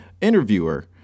interviewer